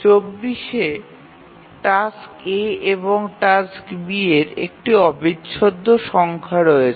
২৪ এ task A এবং task B এর একটি অবিচ্ছেদ্য সংখ্যা রয়েছে